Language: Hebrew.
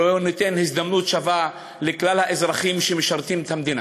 שהיום נותן הזדמנות שווה לכלל האזרחים שמשרתים את המדינה.